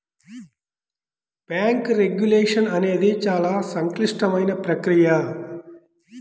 bank regulation అనేది చాలా సంక్లిష్టమైన ప్రక్రియ